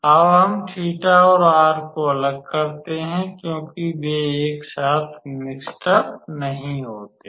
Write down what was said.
अब हम 𝜃 और r को अलग करते हैं क्योंकि वे एक साथ मिक्स्ड अप नहीं होते हैं